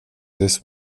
this